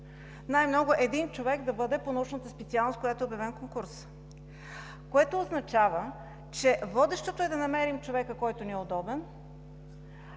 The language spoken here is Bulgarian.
Най-много един човек да бъде по научната специалност, по която е обявен конкурсът, което означава, че водещото е да намерим човека, който ни е удобен.